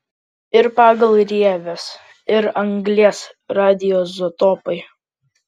ir pagal rieves ir anglies radioizotopai